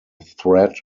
threat